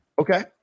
okay